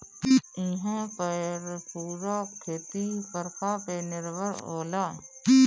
इहां पअ पूरा खेती बरखा पे निर्भर होला